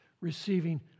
receiving